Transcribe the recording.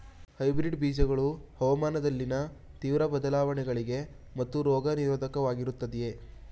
hybrid ಬೀಜಗಳು ಹವಾಮಾನದಲ್ಲಿನ ತೀವ್ರ ಬದಲಾವಣೆಗಳಿಗೆ ಮತ್ತು ರೋಗ ನಿರೋಧಕವಾಗಿರುತ್ತವೆ